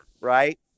right